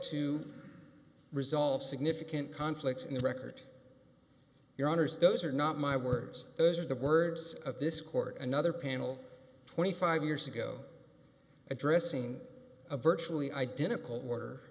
to resolve significant conflicts in the record your honors those are not my words those are the words of this court another panel twenty five years ago addressing a virtually identical